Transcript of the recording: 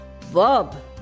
Verb